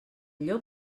llop